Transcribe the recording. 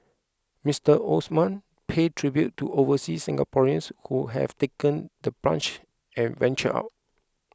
Mister Osman paid tribute to overseas Singaporeans who have taken the plunge and ventured out